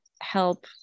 help